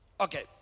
Okay